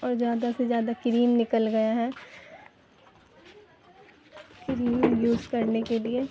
اور زیادہ سے زیادہ کریم نکل گئے ہیں کریم یوز کرنے کے لیے